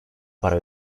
para